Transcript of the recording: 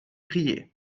crier